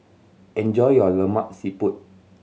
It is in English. enjoy your Lemak Siput